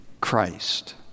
Christ